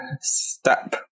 step